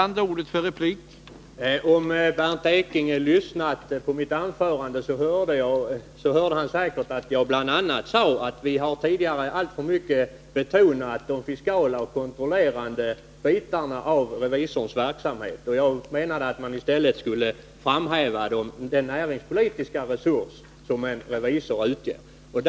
Herr talman! Om Bernt Ekinge hade lyssnat på mitt anförande, skulle han säkert ha hört att jag bl.a. sade att vi tidigare alltför mycket har betonat de fiskala och kontrollerande bitarna av revisorns verksamhet. Jag menar att man i stället borde framhäva den näringspolitiska resurs som en revisor faktiskt utgör.